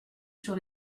sur